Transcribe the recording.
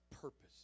purpose